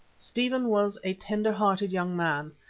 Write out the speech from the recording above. stephen was a tender-hearted young man,